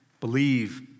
believe